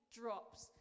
drops